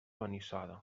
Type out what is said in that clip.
benissoda